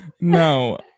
no